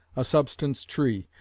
a substance tree,